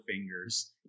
fingers